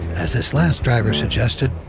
as this last driver suggested,